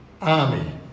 army